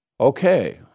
Okay